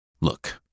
Look